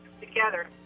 together